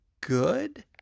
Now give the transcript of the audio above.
good